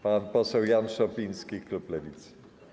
Pan poseł Jan Szopiński, klub Lewicy.